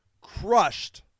crushed